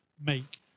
make